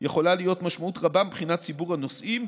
יכולה להיות משמעות רבה מבחינת ציבור הנוסעים,